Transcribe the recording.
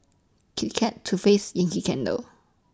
Kit Kat Too Faced Yankee Candle